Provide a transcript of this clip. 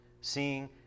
Seeing